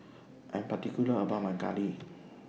I Am particular about My Curry